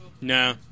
No